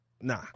nah